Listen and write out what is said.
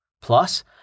Plus